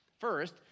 First